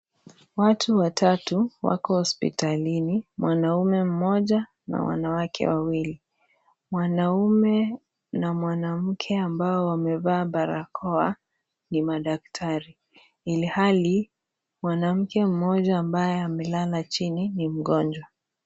Watu watatu wako hospitalini mwanamme mmoja na wanawake wawili, mwanamme na mwanamke ambao wamevaa barakoa ni madaktari ilhali mwanamke mmoja ambaye amelala chini ni mgonjwa.